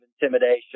intimidation